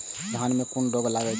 धान में कुन रोग लागे छै?